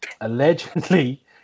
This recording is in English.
Allegedly